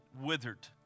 withered